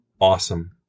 awesome